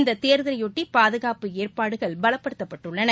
இந்த தேர்தலையொட்டி பாதுகாப்பு ஏற்பாடுகள் பலப்படுத்தப்பட்டுள்ளன